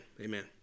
Amen